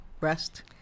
rest